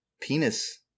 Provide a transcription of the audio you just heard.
penis